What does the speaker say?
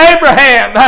Abraham